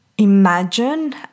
Imagine